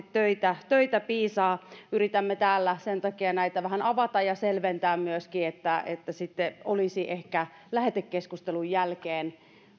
töitä töitä piisaa yritämme täällä sen takia näitä vähän avata ja selventää myöskin että että sitten olisi ehkä lähetekeskustelun jälkeen